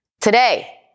Today